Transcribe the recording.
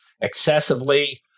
excessively